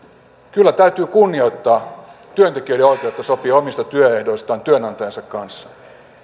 kyllä täytyy kunnioittaa työntekijöiden oikeutta sopia omista työehdoistaan työnantajansa kanssa